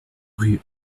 rue